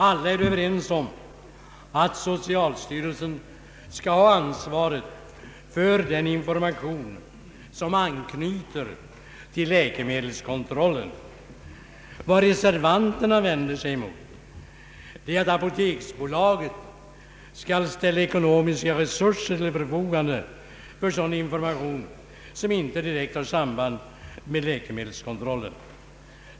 Alla är överens om att socialstyrelsen skall ha ansvaret för den information som anknyter till läkemedelskontrollen. Vad reservanterna vänder sig mot är att apoteksbolaget skall ställa ekonomiska resurser till förfogande för sådan information som inte direkt har samband med läkemedelskontrollen.